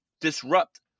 disrupt